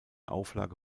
auflage